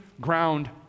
ground